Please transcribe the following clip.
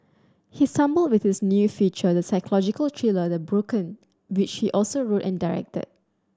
he stumbled with his new feature the psychological thriller The Broken which he also wrote and directed